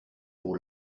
pour